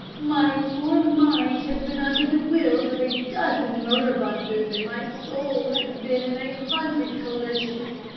my poor mind has been under the wheels of a dozen motor-buses, and my soul has been in a hundred collisions.